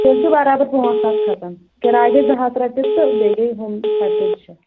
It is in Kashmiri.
تیٚلہِ چھِ برابر پانٛژھ ساس کھسان کِراے گٔیے زٕ ہَتھ رۄپیہِ تہٕ بیٚیہِ گٔیے ہُم اَرتٲجی شیٚتھ